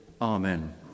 Amen